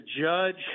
judge